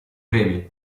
premi